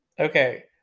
Okay